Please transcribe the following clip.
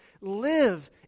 live